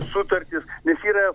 sutartys nes yra